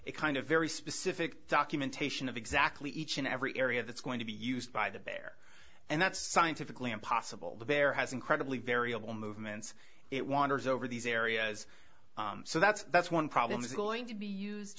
it kind of very specific documentation of exactly each and every area that's going to be used by the bear and that's scientifically impossible but there has incredibly variable movements it wanders over these areas so that's that's one problem is going to be used